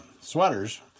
sweaters